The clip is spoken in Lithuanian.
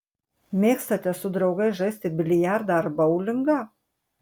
mėgstate su draugais žaisti biliardą ar boulingą